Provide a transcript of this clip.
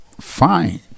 fine